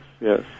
Yes